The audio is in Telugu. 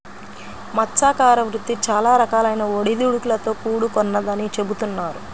మత్స్యకార వృత్తి చాలా రకాలైన ఒడిదుడుకులతో కూడుకొన్నదని చెబుతున్నారు